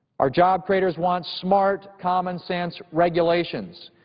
our job creators want smart, commonsense regulations,